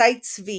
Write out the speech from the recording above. שבתי צבי